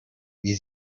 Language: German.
wie